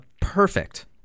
perfect